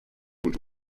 und